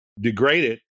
degraded